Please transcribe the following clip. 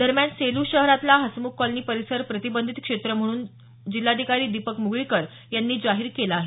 दरम्यान सेलू शहरातला हसमुख कॉलनी परिसर प्रतिबंधित क्षेत्र म्हणून जिल्हाधिकारी दीपक मुगळीकर यांनी जाहीर केला आहे